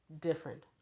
different